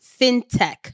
FinTech